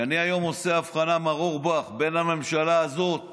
כשאני היום עושה הבחנה, מר אורבך, בין הממשלה הזאת